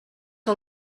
que